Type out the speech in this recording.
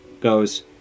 goes